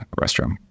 restroom